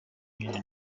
nyine